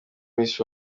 miss